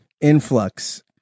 influx